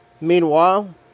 Meanwhile